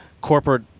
corporate